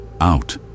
Out